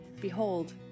Behold